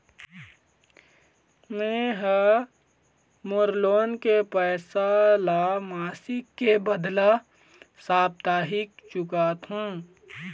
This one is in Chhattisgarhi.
में ह मोर लोन के पैसा ला मासिक के बदला साप्ताहिक चुकाथों